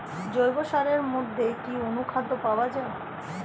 জৈব সারের মধ্যে কি অনুখাদ্য পাওয়া যায়?